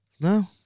No